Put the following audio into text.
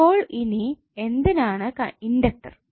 ഇപ്പോൾ ഇനി എന്തിനാണ് ഇണ്ടക്ടർ